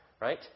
right